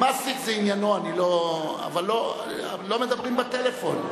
מסטיק זה עניינו, אני לא, אבל לא מדברים בטלפון.